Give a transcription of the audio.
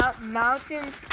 mountains